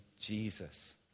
Jesus